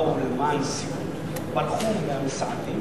באו למען סיעוד, ברחו מהמסועדים,